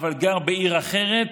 שמתגורר בעיר אחרת,